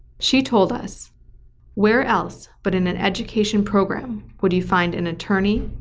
she's told us where else but in an education program would you find an attorney,